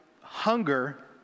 hunger